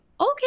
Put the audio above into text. okay